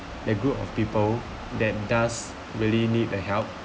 that group of people that does really need the help